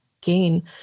gain